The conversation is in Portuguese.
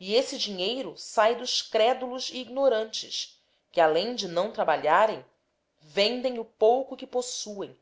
e esse dinheiro sai dos crédulos e ignorantes que além de não trabalharem vendem o pouco que possuem